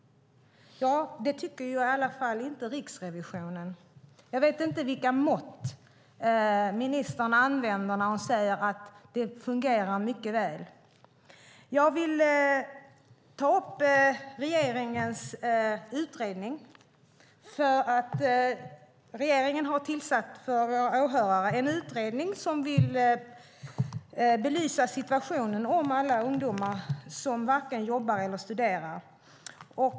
Det tycker i alla fall inte Riksrevisionen. Jag vet inte vilka mått ministern använder när hon säger att det fungerar mycket väl. Jag vill ta upp regeringens utredning. För åhörarna kan jag säga att regeringen har tillsatt en utredning som vill belysa situationen för alla ungdomar som varken jobbar eller studerar.